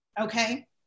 Okay